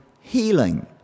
healing